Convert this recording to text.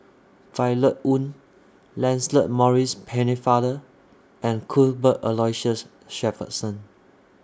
Violet Oon Lancelot Maurice Pennefather and Cuthbert Aloysius Shepherdson